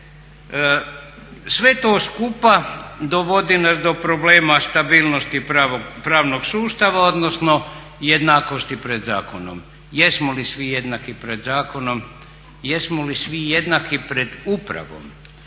Sve to skupa dovodi nas do problema stabilnosti pravnog sustava, odnosno jednakosti pred zakonom. Jesmo li svi jednaki pred zakonom, jesmo li svi jednaki pred upravom,